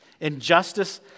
Injustice